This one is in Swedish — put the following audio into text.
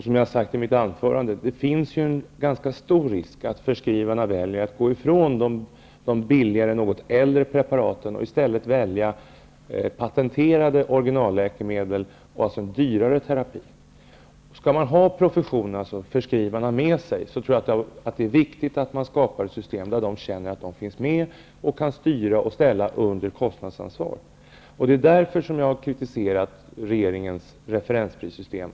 Som jag har sagt i mitt anförande finns det en ganska stor risk att förskrivarna väljer att gå ifrån de billigare, något äldre preparaten och i stället väljer patenterade originalläkemedel och en dyrare terapi. Skall man ha professionen, förskrivarna, med sig är det viktigt att man skapar ett system där de känner att de finns med och kan styra och ställa under kostnadsansvar. Det är därför jag har kritiserat regeringens referensprissystem.